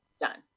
done